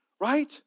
right